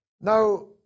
Now